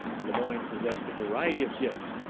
lemoyne possessed a variety of gifts,